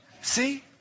See